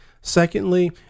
Secondly